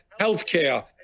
healthcare